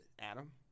Adam